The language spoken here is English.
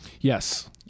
Yes